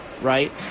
right